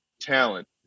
talent